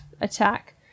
attack